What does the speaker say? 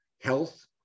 health